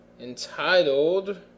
entitled